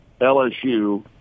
LSU